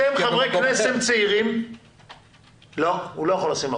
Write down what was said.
הוא לא יכול.